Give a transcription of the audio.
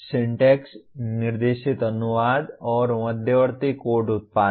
syntax निर्देशित अनुवाद और मध्यवर्ती कोड उत्पादन